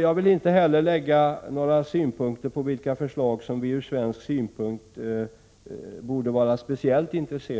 Jag vill inte heller anlägga några synpunkter på vilka förslag som för svenskt vidkommande borde vara speciellt intressanta.